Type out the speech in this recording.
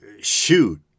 shoot